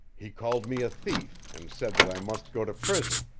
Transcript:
he called me a thief, and said that i must go to prison,